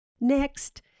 Next